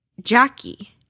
Jackie